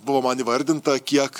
buvo man įvardinta kiek